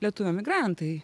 lietuvių emigrantai